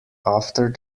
after